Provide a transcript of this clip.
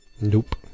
Nope